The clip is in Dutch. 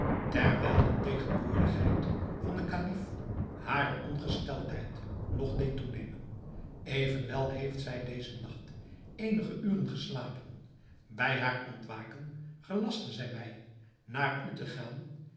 terwijl de tegenwoordigheid van den kalif hare ongesteldheid nog deed toenemen evenwel heeft zij dezen nacht eenige uren geslapen bij haar ontwaken gelastte zij mij naar u te gaan